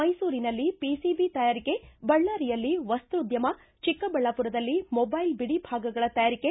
ಮೈಸೂರಿನಲ್ಲಿ ಪಿಸಿಬಿ ತಯಾರಿಕೆ ಬಳ್ಳಾರಿಯಲ್ಲಿ ವಸ್ತೋದ್ದಮ ಚಿಕ್ಕಬಳ್ಳಾಪುರದಲ್ಲಿ ಮೊದೈಲ್ ಬಿಡಿಭಾಗಗಳ ತಯಾರಿಕೆ